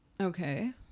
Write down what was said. Okay